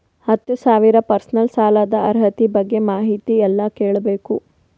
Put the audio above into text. ಹತ್ತು ಸಾವಿರ ಪರ್ಸನಲ್ ಸಾಲದ ಅರ್ಹತಿ ಬಗ್ಗೆ ಮಾಹಿತಿ ಎಲ್ಲ ಕೇಳಬೇಕು?